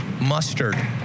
Mustard